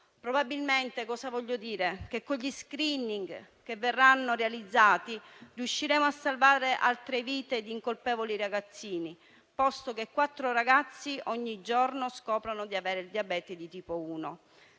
sarebbe morto. Cosa voglio dire? Con gli *screening* che verranno realizzati riusciremo a salvare altre vite di incolpevoli ragazzini, posto che quattro ragazzi ogni giorno scoprono di avere il diabete di tipo 1,